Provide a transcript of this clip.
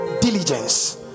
diligence